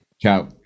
Ciao